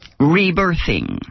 rebirthing